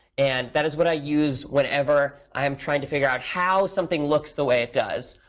and that is what i use whenever i'm trying to figure out how something looks the way it does,